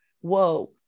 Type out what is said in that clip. whoa